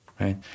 right